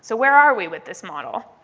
so where are we with this model?